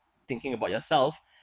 thinking about yourself